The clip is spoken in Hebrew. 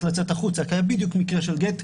לצאת החוצה כי בדיוק היה מקרה של גט.